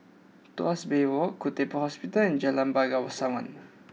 Tuas Bay Walk Khoo Teck Puat Hospital and Jalan Bangsawan